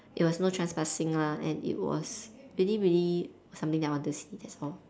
it was no trespassing lah and it was really really something that I wanted to see that's all